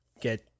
get